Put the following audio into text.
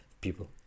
people